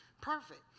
Perfect